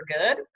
good